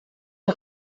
les